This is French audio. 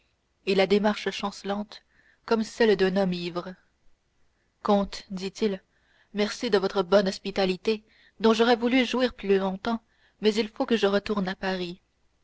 et la démarche chancelante comme celle d'un homme ivre comte dit-il merci de votre bonne hospitalité dont j'aurais voulu jouir plus longtemps mais il faut que je retourne à paris